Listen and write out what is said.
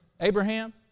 Abraham